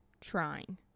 trying